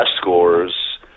scores